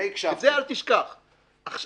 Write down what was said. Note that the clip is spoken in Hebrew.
אל תשכח את זה.